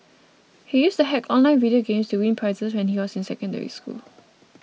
he used to hack online video games to win prizes when he was in Secondary School